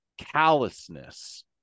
callousness